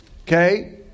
Okay